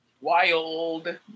Wild